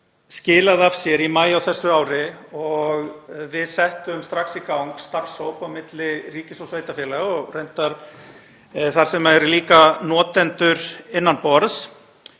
skilaði af sér í maí á þessu ári og við settum strax í gang starfshóp á milli ríkis og sveitarfélaga og þar sem líka eru notendur innan borðs.